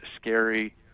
scary